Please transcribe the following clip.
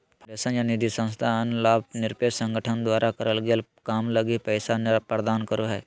foundation या निधिसंस्था अन्य लाभ निरपेक्ष संगठन द्वारा करल गेल काम लगी पैसा प्रदान करो हय